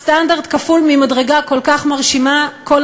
סטנדרט כפול ממדרגה כל כך מרשימה,